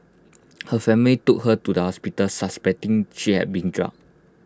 her family took her to the hospital suspecting she had been drugged